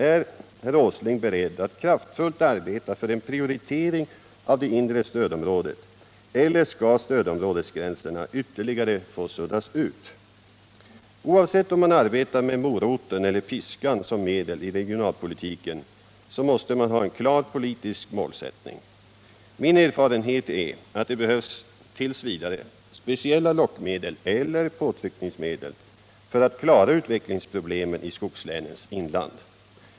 Är herr Åsling beredd att kraftfullt arbeta för en prioritering av det inre stödområdet, eller skall stödområdesgränserna ytterligare få suddas ut? Oavsett om man arbetar med moroten eller piskan som medel i regionalpolitiken måste man ha en klar politisk målsättning. Min erfarenhet är att det behövs t. v. specialla lockmedel eller påtryckningsmedel för att klara utvecklingsproblemen i skogslänens inland.